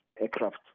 aircraft